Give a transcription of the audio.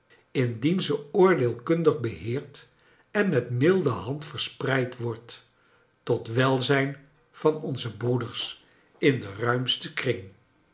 indien ze oordeelkundig beheerd en met milde hand verspreid wordt tot welzijn van onze broeders in den ruimsten kring